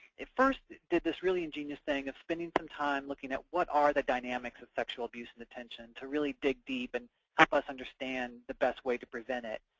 it first did this really ingenious thing of spending some time looking at what are the dynamics of sexual abuse in detention, to really dig deep and help us understand the best way to prevent it.